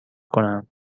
کنند